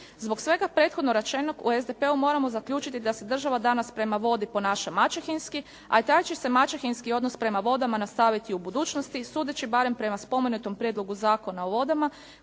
Zbog svega prethodno rečenog, u SDP-u moramo zaključiti da se država danas prema vodi ponaša maćehinski, a i taj će se maćehinski odnos prema vodama nastaviti u budućnosti sudeći barem prema spomenutom Prijedlogu zakona o vodama,